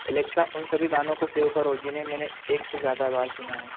Alexa उन सभी गानों को सेव करो जिन्हें मैंने एक से ज़्यादा बार सुना है